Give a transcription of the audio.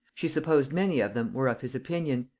she supposed many of them were of his opinion,